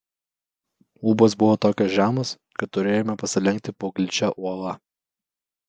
lubos buvo tokios žemos kad turėjome pasilenkti po gličia uola